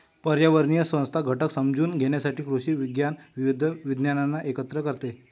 पर्यावरणीय संस्था घटक समजून घेण्यासाठी कृषी विज्ञान विविध विज्ञानांना एकत्र करते